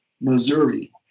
Missouri